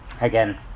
again